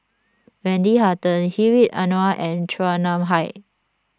Wendy Hutton Hedwig Anuar and Chua Nam Hai